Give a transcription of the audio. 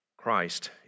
Christ